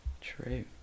True